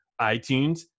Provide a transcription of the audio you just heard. itunes